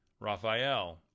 raphael